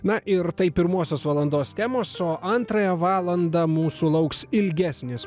na ir tai pirmosios valandos temos o antrąją valandą mūsų lauks ilgesnis